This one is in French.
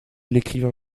l’écrivain